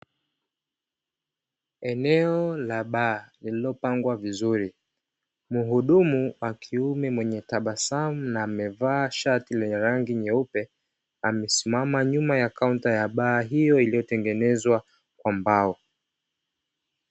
Eneo la baa lililopangwa vizuri, muhudumu wa kiume mwenye tabasamu na amevaa shati lenye nyeupe, amesimama nyuma ya kaunta ya baa hiyo iliyotengenezwa kwa mbao.